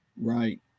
Right